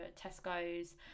Tesco's